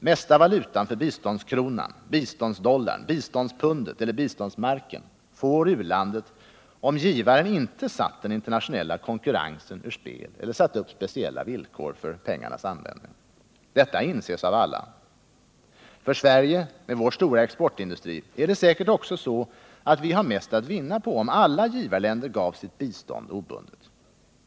Mesta valutan för biståndskronan, biståndsdollarn, biståndspundet eller biståndsmarken får u-landet, om givaren inte satt den internationella konkurrensen ur spel eller satt upp speciella villkor för pengarnas användning. Detta inses av alla. För Sverige — med vår stora exportindustri — är det säkert också så att vi har mest att vinna på om alla givarländer gav sitt bistånd obundet.